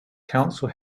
council